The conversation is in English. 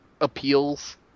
appeals